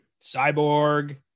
Cyborg